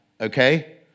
okay